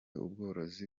ubworozi